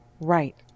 Right